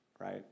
Right